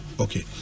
Okay